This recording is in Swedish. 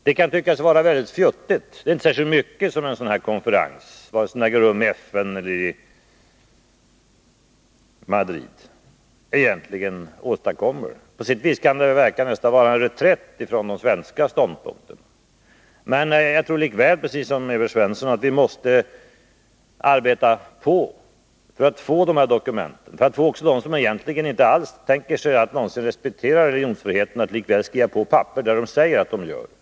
Man kan tycka att det egentligen inte är särskilt mycket som en sådan här konferens åstadkommer, vare sig den nu äger rum i FN eller i Madrid. Det kan nästan verka som om det rörde sig om en reträtt från den svenska ståndpunkten, men jag tror, som Evert Svensson, att vi måste arbeta för att få de här dokumenten, så att även de som inte alls tänker respektera religionsfriheten skriver på ett papper, där de i varje fall säger sig göra detta.